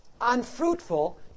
unfruitful